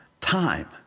time